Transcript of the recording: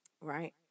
Right